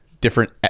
different